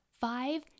five